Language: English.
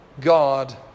God